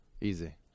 Easy